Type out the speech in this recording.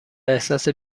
احساس